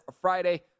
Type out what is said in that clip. Friday